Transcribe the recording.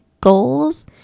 Goals